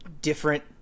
different